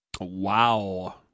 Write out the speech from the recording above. Wow